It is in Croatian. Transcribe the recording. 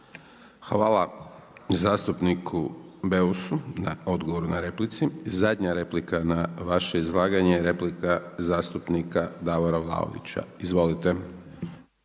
Hvala zastupniku Beusu na odgovoru na replici. Zadnja replika na vaše izlaganje je replika zastupnika Davora Vlaovića. Izvolite.